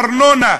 ארנונה,